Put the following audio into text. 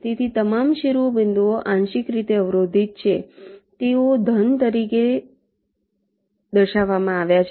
તેથી તમામ શિરોબિંદુઓ આંશિક રીતે અવરોધિત છે તેથી તેઓ ઘન તરીકે દર્શાવવામાં આવ્યા છે